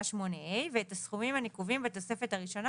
8ה ואת הסכומים הנקובים בתוספת הראשונה,